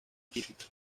típica